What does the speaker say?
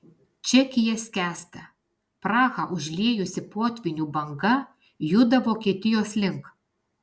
čekija skęsta prahą užliejusi potvynių banga juda vokietijos link